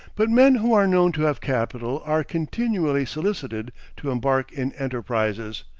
but men who are known to have capital are continually solicited to embark in enterprises,